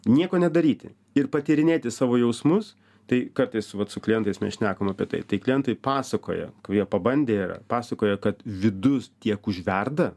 nieko nedaryti ir patyrinėti savo jausmus tai kartais vat su klientais mes šnekam apie tai tai klientai pasakoja kurie pabandę yra pasakoja kad vidus tiek užverda